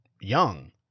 young